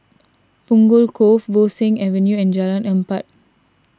Punggol Cove Bo Seng Avenue and Jalan Empat